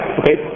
okay